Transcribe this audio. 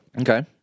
Okay